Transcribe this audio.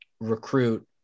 recruit